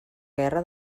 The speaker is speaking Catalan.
guerra